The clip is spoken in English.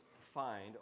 find